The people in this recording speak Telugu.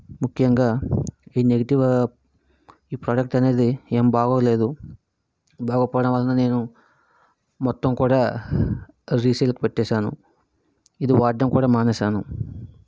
ముఖ్యంగా ఈ నెగిటివ్ ఈ ప్రోడక్ట్ అనేది ఏమి బాగోలేదు బాగోలేకపోవడం వలన నేను మొత్తం కూడా రీసేల్కి పెట్టేశాను ఇది వాడటం కూడా మానేశాను